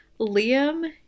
Liam